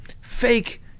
fake